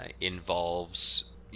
involves